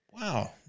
Wow